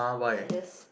I just